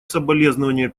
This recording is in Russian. соболезнование